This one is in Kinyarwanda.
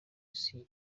isi